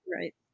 Right